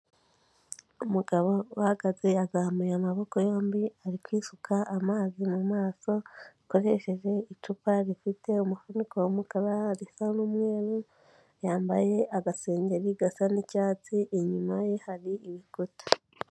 Umugabo uhagaze azamuye amaboko yombi ari kwisuka amazi mu maso akoresheje icupa rifite umufuniko w'umukara hariho n'umweru, yambaye agasengeri gasa n'icyatsi, inyuma ye hari ibikuta.